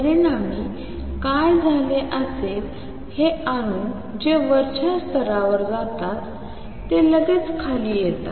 परिणामी काय झाले असेल हे अणू जे वरच्या स्तरावर जातात ते लगेच खाली येतात